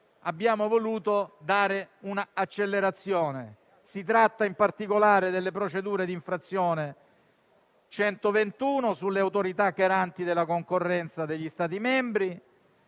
abbiamo voluto dare un'accelerazione. Si tratta in particolare delle procedure di infrazione nn. 2021/0121, sulle autorità garanti della concorrenza degli Stati membri;